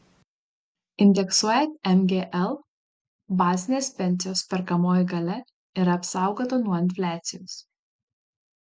indeksuojant mgl bazinės pensijos perkamoji galia yra apsaugota nuo infliacijos